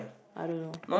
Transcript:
I don't know